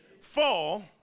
fall